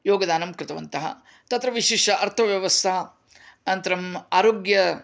योगदानं कृतवन्तः तत्र विशिष्य अर्थव्यवस्था अनन्तरम् आरोग्य